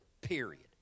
period